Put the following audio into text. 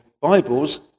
Bibles